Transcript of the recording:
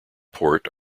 port